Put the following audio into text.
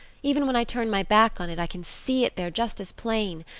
even when i turn my back on it i can see it there just as plain.